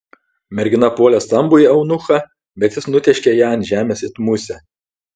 mergina puolė stambųjį eunuchą bet jis nutėškė ją ant žemės it musę